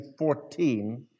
14